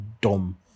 dumb